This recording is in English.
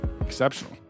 exceptional